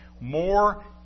More